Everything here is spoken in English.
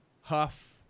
Huff